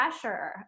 pressure